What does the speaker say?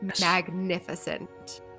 magnificent